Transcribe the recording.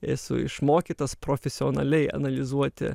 esu išmokytas profesionaliai analizuoti